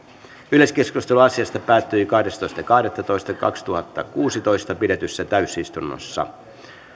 yleiskeskustelu asiasta päättyi kahdestoista kahdettatoista kaksituhattakuusitoista pidetyssä kolmannessa täysistunnossa